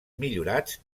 millorats